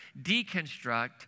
deconstruct